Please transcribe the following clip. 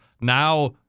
now